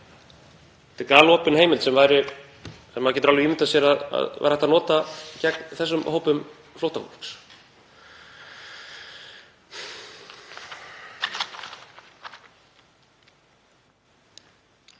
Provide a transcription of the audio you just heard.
þetta er galopin heimild sem maður getur alveg ímyndað sér að væri hægt að nota gegn þessum hópum flóttafólks.